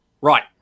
Right